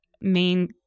main